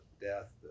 death